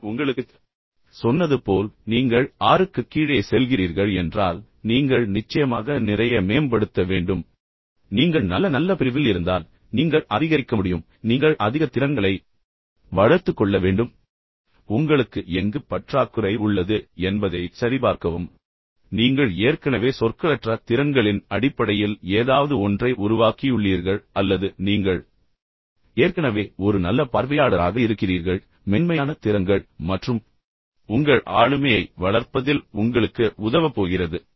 நான் உங்களுக்குச் சொன்னது போல் நீங்கள் ஆறுக்குக் கீழே செல்கிறீர்கள் என்றால் நீங்கள் நிச்சயமாக நிறைய மேம்படுத்த வேண்டும் நீங்கள் நல்ல நல்ல பிரிவில் இருந்தால் நீங்கள் அதிகரிக்க முடியும் நீங்கள் சிறந்து விளங்குகிறீர்கள் என்றால் நீங்கள் அதிக திறன்களை வளர்த்துக் கொள்ள வேண்டிய ஒரு விஷயம் உங்களுக்கு எங்கு பற்றாக்குறை உள்ளது என்பதைச் சரிபார்க்கவும் ஆனால் நீங்கள் ஏற்கனவே சொற்களற்ற திறன்களின் அடிப்படையில் ஏதாவது ஒன்றை உருவாக்கியுள்ளீர்கள் அல்லது நீங்கள் ஏற்கனவே ஒரு நல்ல பார்வையாளராக இருக்கிறீர்கள் ஏற்கனவே இந்த திறனை வளர்த்துக் கொள்ளுங்கள் அதுவே மென்மையான திறன்கள் மற்றும் உங்கள் ஆளுமையை வளர்ப்பதில் உங்களுக்கு உதவப் போகிறது